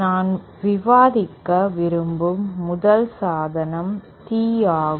நான் விவாதிக்க விரும்பும் முதல் சாதனம் Tee ஆகும்